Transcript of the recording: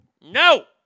No